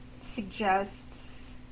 suggests